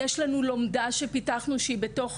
יש לנו לומדה שפיתחנו שהיא בתוך